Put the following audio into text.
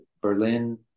berlin